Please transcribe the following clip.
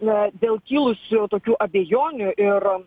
na dėl kilusių tokių abejonių ir